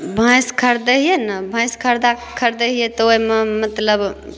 भैंस खरिदै हियै ने भैंस खरिदा खरिदै हियै तऽ ओहिमे मतलब